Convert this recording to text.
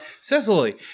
Sicily